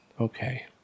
Okay